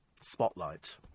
Spotlight